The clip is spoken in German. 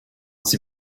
sie